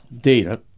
data